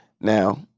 now